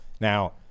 Now